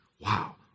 Wow